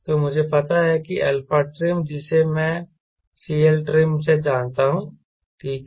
तो मुझे पता है कि αtrim जिसे मैं CLtrim से जानता हूं ठीक है